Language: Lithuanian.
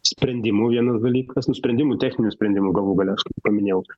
sprendimų vienas dalykas nu sprendimų techninių sprendimų galų gale aš paminėjau